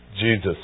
Jesus